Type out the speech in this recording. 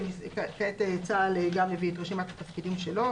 וכעת צה"ל גם הביא את רשימת התפקידים שלו.